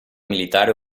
militare